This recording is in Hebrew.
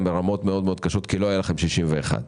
ברמות קשות מאוד כי לא היה לכם רוב של 61,